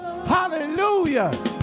hallelujah